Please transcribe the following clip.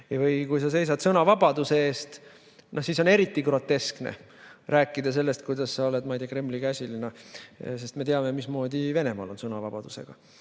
Või kui sa seisad sõnavabaduse eest, siis on eriti groteskne rääkida sellest, et sa oled Kremli käsilane, sest me teame, mismoodi Venemaal sõnavabadusega